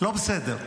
לא בסדר.